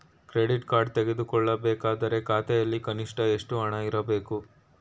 Credit card ತೆಗೆದುಕೊಳ್ಳಬೇಕಾದರೆ ಖಾತೆಯಲ್ಲಿ ಕನಿಷ್ಠ ಎಷ್ಟು ಹಣ ಇರಬೇಕು?